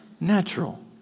natural